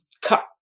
cut